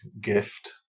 gift